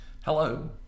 Hello